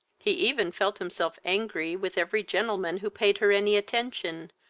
he even felt himself angry with every gentleman who paid her any attention,